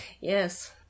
Yes